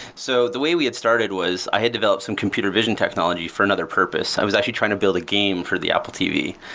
so the way we had started was i had developed some computer vision technology for another purpose. i was actually trying to build a game for the apple tv.